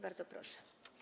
Bardzo proszę.